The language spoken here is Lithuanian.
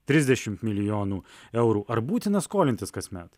trisdešimt milijonų eurų ar būtina skolintis kasmet